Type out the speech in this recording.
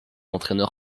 entraîneur